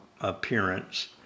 appearance